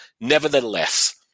nevertheless